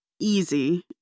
easy